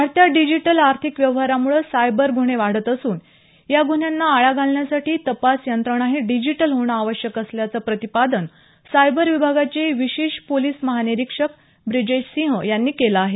वाढत्या डिजिटल आर्थिक व्यवहारांमुळे सायबर गुन्हे वाढत असून या गुन्ह्यांना आळा घालण्यासाठी तपास यंत्रणाही डिजिटल होणं आवश्यक असल्याचं प्रतिपादन सायबर विभागाचे विशेष पोलीस महानिरीक्षक ब्रिजेश सिंह यांनी केलं आहे